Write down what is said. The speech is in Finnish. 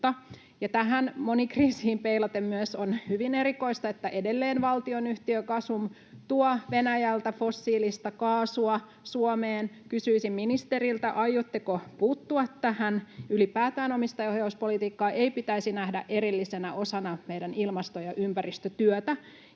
tähän monikriisiin peilaten on hyvin erikoista myös se, että valtionyhtiö Gasum tuo edelleen Venäjältä fossiilista kaasua Suomeen. Kysyisin ministeriltä, aiotteko puuttua tähän. Ylipäätään omistajaohjauspolitiikkaa ei pitäisi nähdä erillisenä osana meidän ilmasto- ja ympäristötyötä.